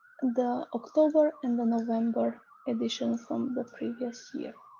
the october and the november editions from the previous year